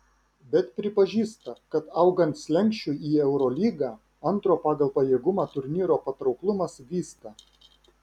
bet pripažįsta kad augant slenksčiui į eurolygą antro pagal pajėgumą turnyro patrauklumas vysta